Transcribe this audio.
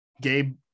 Gabe